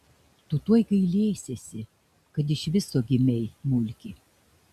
tu tuoj gailėsiesi kad iš viso gimei mulki